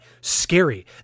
scary